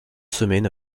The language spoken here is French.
semaines